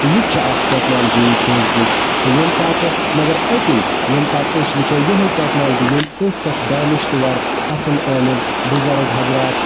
تہٕ یہِ تہِ چھِ اَکھ ٹٮ۪کنالجی یی فیس بُک تہٕ ییٚمہِ ساتہٕ مَگَر أتی ییٚمہِ ساتہٕ أسۍ وٕچھو یِہوٚے ٹیٚکنالجی ییٚلہِ أتھۍ پٮ۪ٹھ دانِش تہِ وَر اَصٕل عٲلِم بُزَرگ حضرات